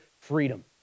freedom